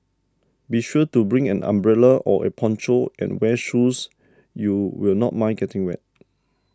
be sure to bring an umbrella or a poncho and wear shoes you will not mind getting wet